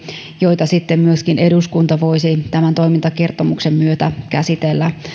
joita sitten myöskin eduskunta voisi tämän toimintakertomuksen myötä käsitellä